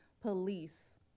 police